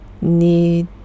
need